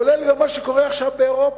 כולל מה שקורה עכשיו באירופה,